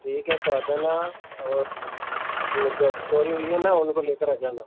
ठीक है तो आ जाना और अपनी जो चोरी हुई है ना उनको लेकर आ जाना